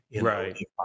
Right